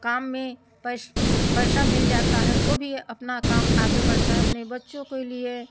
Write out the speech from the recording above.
काम में पैस पैसा मिल जाता है ओ भी अपना काम आगे बढ़ता है अपने बच्चों के लिए